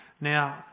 Now